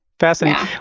Fascinating